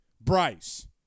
Bryce